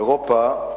אירופה,